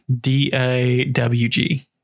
d-a-w-g